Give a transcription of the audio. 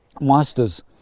masters